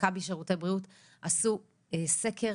מכבי שירותי בריאות עשו סקר